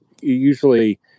usually